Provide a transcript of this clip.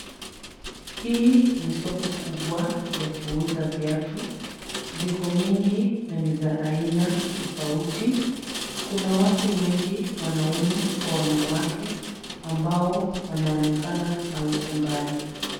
Hii ni soko kubwa ya kuuza viatu , ziko mingi na ni za aina tofauti ,kuna watu wengi wanaume kwa wanawake ambao wanaonekana na huko mbali.